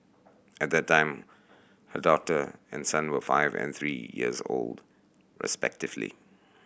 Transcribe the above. at that time her daughter and son were five and three years old respectively